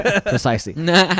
precisely